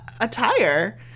attire